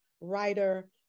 writer